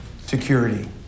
security